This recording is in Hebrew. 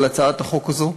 על הצעת החוק הזאת.